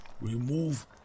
remove